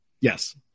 Yes